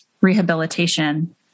rehabilitation